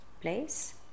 place